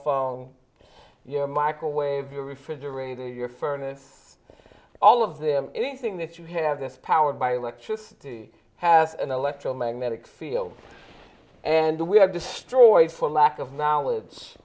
phone your microwave your refrigerator your furnace all of them anything that you have this powered by electricity has an electromagnetic field and we have destroyed for lack of knowledge